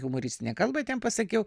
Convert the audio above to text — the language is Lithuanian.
humoristinę kalbą ten pasakiau